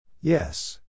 Yes